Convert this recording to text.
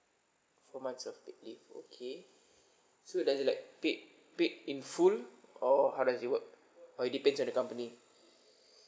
four months of paid leave okay so does it like paid paid in full or how does it work or it depends on the company